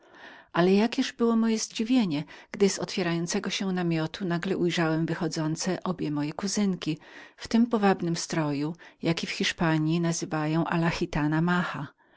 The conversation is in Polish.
ale jakież było moje zadziwienie gdy z otwierającego się namiotu nagle ujrzałem wychodzące obie moje kuzynki w tym powabnym stroju jaki w hiszpanji nazywają a la hitana